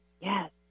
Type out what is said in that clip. yes